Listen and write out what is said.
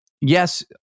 yes